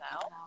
now